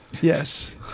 Yes